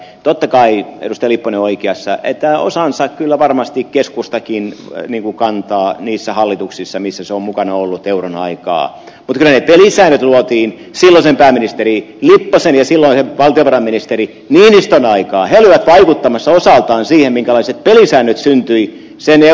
totta kai kostelic on oikeassa että osansa kyllä varmasti keskustakin niinku kantaa niissä hallituksissa missä se on mukana ollut euron aikaan lyö lisää luotiin silloisen pääministeri hokkasen ja silloinen valtiovarainministeri koskaan aikaa hellittää mutta myös osaltaan siihen minkälaiset pelisäännöt syntyi se